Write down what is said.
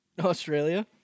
Australia